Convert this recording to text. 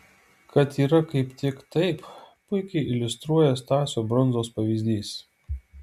kad yra kaip tik taip puikiai iliustruoja stasio brundzos pavyzdys